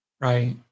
Right